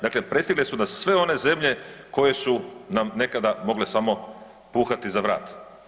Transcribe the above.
Dakle, prestigle su nas sve one zemlje koje su nam nekada mogle samo puhati za vrat.